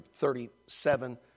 37